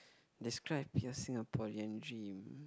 describe your Singaporean dream